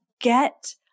get